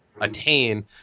attain